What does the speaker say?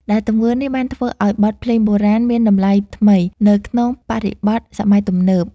ដែលទង្វើនេះបានធ្វើឱ្យបទភ្លេងបុរាណមានតម្លៃថ្មីនៅក្នុងបរិបទសម័យទំនើប។